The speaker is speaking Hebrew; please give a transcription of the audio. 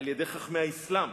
על-ידי חכמי האסלאם,